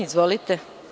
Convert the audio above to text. Izvolite.